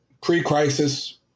pre-crisis